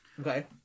Okay